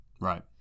Right